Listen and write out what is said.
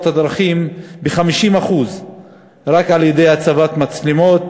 הדרכים ב-50% רק על-ידי הצבת מצלמות,